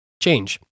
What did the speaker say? Change